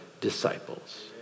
disciples